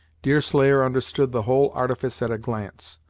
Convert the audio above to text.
deerslayer understood the whole artifice at a glance.